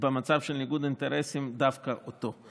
במצב של ניגוד אינטרסים דווקא אותו.